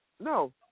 No